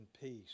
peace